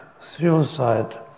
suicide